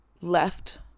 left